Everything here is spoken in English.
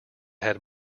had